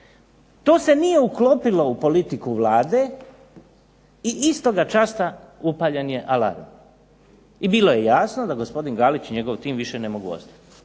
to se nije uklopilo u politiku Vlade i istoga časa upaljen je alarm i bilo je jasno da gospodin GAlić i njegov tim više ne mogu ostati.